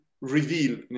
reveal